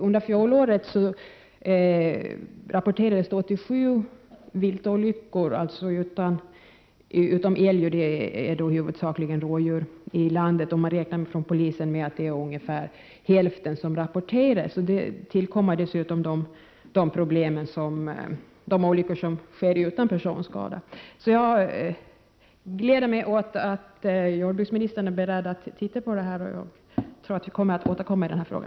Under fjolåret rapporterades 87 viltolyckor i landet — utom med älg huvudsakligen med rådjur. Polisen räknar med att ungefär hälften rapporteras. Dessutom tillkommer de olyckor som sker utan personskador. Jag gläder mig åt att jordbruksministern är beredd att titta på det här, och jag tror att vi kommer att återkomma i denna fråga.